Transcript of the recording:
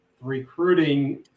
recruiting